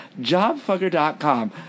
JobFucker.com